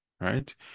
right